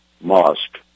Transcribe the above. mosque